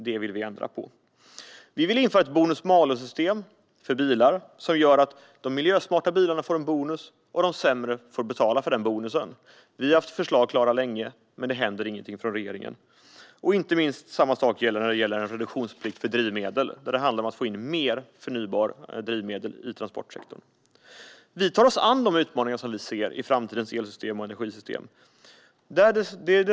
Det vill vi ändra på. Vi vill införa ett bonus-malus-system för bilar som gör att de miljösmarta bilarna får en bonus och de sämre får betala för den. Vi har haft förslag klara länge, men det händer ingenting från regeringen. Inte minst handlar det också om en reduktionsplikt för drivmedel, där det gäller att få in mer förnybara drivmedel i transportsektorn. Vi tar oss an de utmaningar som vi ser i framtidens elsystem och energisystem.